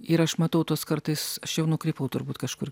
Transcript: ir aš matau tuos kartais aš jau nukrypau turbūt kažkur